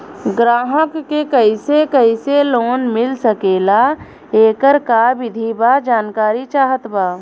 ग्राहक के कैसे कैसे लोन मिल सकेला येकर का विधि बा जानकारी चाहत बा?